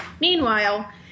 Meanwhile